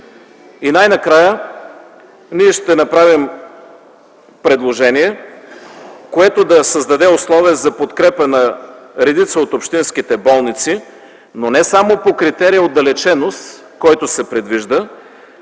И най-накрая – ние ще направим предложение, което да създаде условия за подкрепа на редица от общинските болници, но не само по критерия отдалеченост, който се предвижда,